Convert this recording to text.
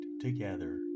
together